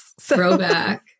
Throwback